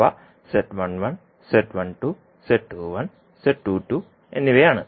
അവ എന്നിവയാണ്